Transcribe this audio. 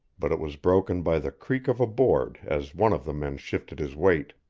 but it was broken by the creak of a board as one of the men shifted his weight.